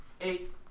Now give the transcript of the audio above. Eight